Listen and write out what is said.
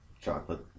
Chocolate